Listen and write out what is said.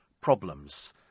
problems